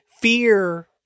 fear